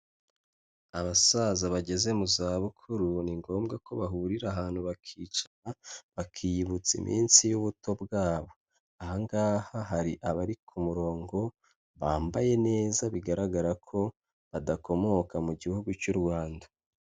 Abasaza bageze mu zabukuru, ni ngombwa ko bahurira ahantu bakicara bakiyibutsa iminsi y'ubuto bwabo, aha ngaha hari abari ku murongo bambaye neza, bigaragara ko badakomoka mu gihugu cy'u Rwanda.